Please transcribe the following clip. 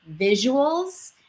visuals